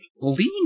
lean